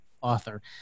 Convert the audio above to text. author